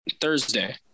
Thursday